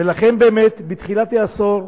ולכן באמת, בתחילת העשור,